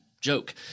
joke